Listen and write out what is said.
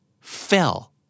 Fell